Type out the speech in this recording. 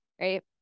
right